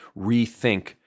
rethink